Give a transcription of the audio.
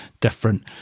different